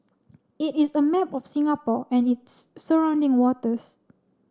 it is a map of Singapore and its surrounding waters